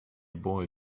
boy